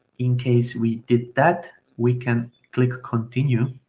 in case we did that, we can click continue